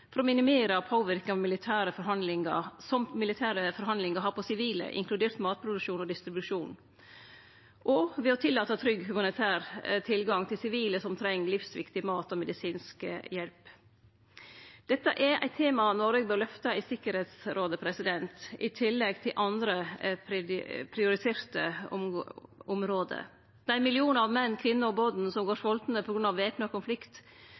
for å minimere påverknaden som militære forhandlingar har på sivile, inkludert matproduksjon og distribusjon, og ved å tillate trygg humanitær tilgang til sivile som treng livsviktig mat og medisinsk hjelp. Dette er eit tema Noreg bør løfte i Tryggingsrådet, i tillegg til andre prioriterte område. Dei millionar av menn, kvinner og born som går svoltne på grunn av væpna konflikt,